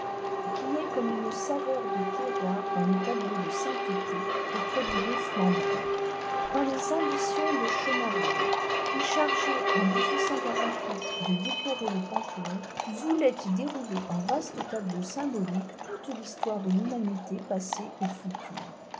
qui est comme une saveur de terroir dans les tableaux de sainteté qu'a prodigués flandrin dans les ambitions de chenavard qui chargé en de décorer le panthéon voulait y dérouler en vastes tableaux symboliques toute l'histoire de l'humanité passée et future